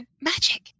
magic